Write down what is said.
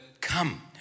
come